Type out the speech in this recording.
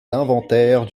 l’inventaire